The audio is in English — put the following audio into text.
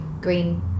green